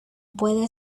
puede